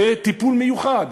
בטיפול מיוחד.